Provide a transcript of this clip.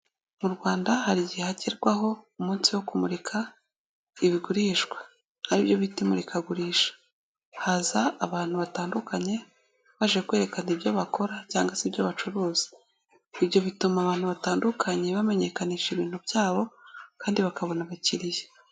Mu Rwanda hari igihe hagerwaho umunsi wo kumurika ibigurishwa ari byo bita imurikagurisha, haza abantu batandukanye baje kwerekana ibyo bakora cyangwa se ibyo bacuruza, ibyo bituma abantu batandukanye bamenyekanisha ibintu byabo kandi bakabona abakiriya.